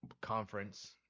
conference